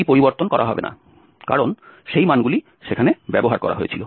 এটি পরিবর্তন করা হবে না কারণ সেই মানগুলি সেখানে ব্যবহার করা হয়েছিল